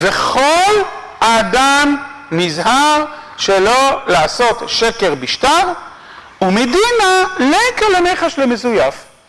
וכל אדם נזהר שלא לעשות שקר בשטר ומדינא ליכא למיחש למזויף